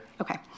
Okay